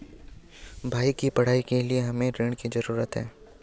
भाई की पढ़ाई के लिए हमे ऋण की जरूरत है